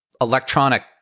electronic